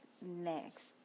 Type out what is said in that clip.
next